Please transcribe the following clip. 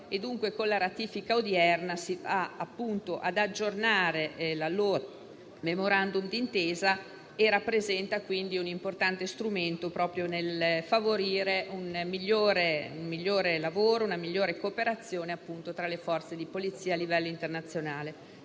con la ratifica odierna si va ad aggiornare. Si tratta quindi di un importante strumento per favorire un migliore lavoro e una migliore cooperazione tra le forze di polizia a livello internazionale,